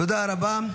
תודה רבה.